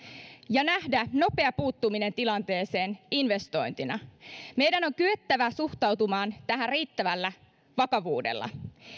ja nähdä nopea puuttuminen tilanteeseen investointina meidän on kyettävä suhtautumaan tähän riittävällä vakavuudella